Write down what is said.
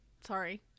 Sorry